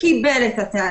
פסק הדין קיבל את הטענה,